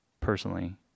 personally